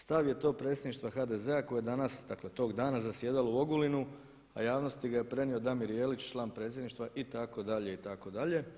Stav je to Predsjedništva HDZ-a koji je danas, dakle tog dana zasjedalo u Ogulinu, a javnosti ga je prenio Damir Jelić član Predsjedništva itd. itd.